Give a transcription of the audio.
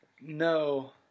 No